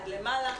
עד למעלה.